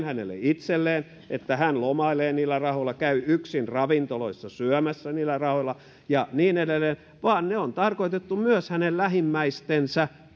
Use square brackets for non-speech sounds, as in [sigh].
[unintelligible] hänelle itselleen niin että hän lomailee niillä rahoilla käy yksin ravintoloissa syömässä niillä rahoilla ja niin edelleen vaan ne on tarkoitettu myös hänen lähimmäistensä [unintelligible]